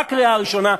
בקריאה הראשונה,